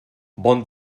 bon